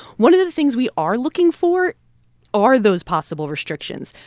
one of the things we are looking for are those possible restrictions.